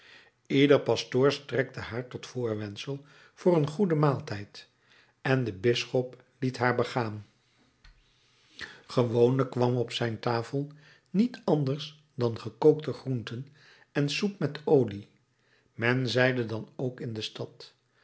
ieder pastoor strekte haar tot voorwendsel voor een goeden maaltijd en de bisschop liet haar begaan gewoonlijk kwam op zijn tafel niet anders dan gekookte groenten en soep met olie men zeide dan ook in de stad